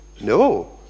No